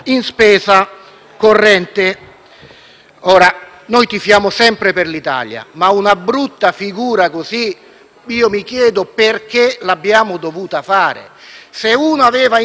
Ora, noi tifiamo sempre per l'Italia ma una brutta figura così mi chiedo perché l'abbiamo dovuta fare. Se si aveva l'intenzione di essere così poco